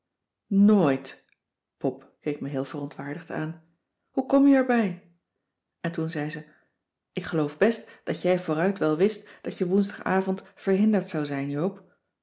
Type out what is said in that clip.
nooit pop keek me heel verontwaardigd aan hoe kom je erbij en toen zei ze ik geloof best dat jij vooruit wel wist dat je woensdagavond verhinderd zou zijn joop